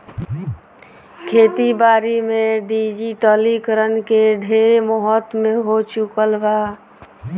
खेती बारी में डिजिटलीकरण के ढेरे महत्व हो चुकल बा